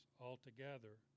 altogether